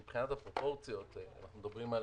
מבחינת הפרופורציות אנחנו מדברים על